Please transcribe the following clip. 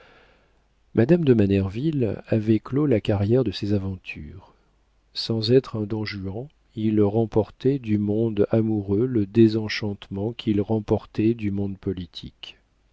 madame de manerville avait clos la carrière de ses aventures sans être un don juan il remportait du monde amoureux le désenchantement qu'il remportait du monde